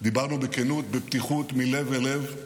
דיברנו בכנות, בפתיחות, מלב אל לב,